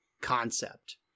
concept